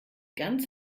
ganz